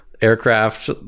aircraft